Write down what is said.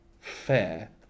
fair